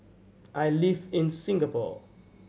I live in Singapore